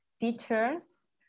teachers